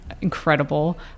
incredible